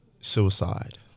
suicide